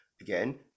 again